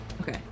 okay